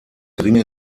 geringe